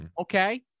Okay